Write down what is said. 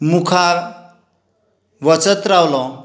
मुखार वचत रावलो